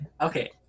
Okay